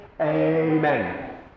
Amen